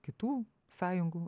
kitų sąjungų